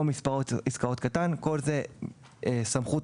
או במספר עסקאות קטן לשר תהיה הסמכות